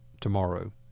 Tomorrow